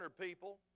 people